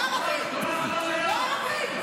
אמרתי מחבלים, לא ערבים.